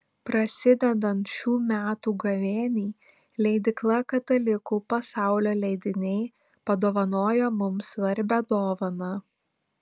prasidedant šių metų gavėniai leidykla katalikų pasaulio leidiniai padovanojo mums svarbią dovaną